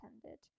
attended